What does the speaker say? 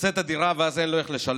מוצא את הדירה, ואז אין לו איך לשלם.